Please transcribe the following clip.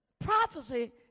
prophecy